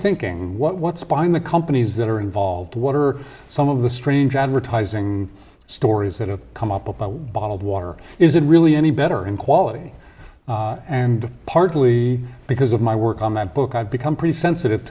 thinking what what's behind the companies that are involved what are some of the strange advertising stories that have come up about bottled water is it really any better in quality and partly because of my work on that book i've become pretty sensitive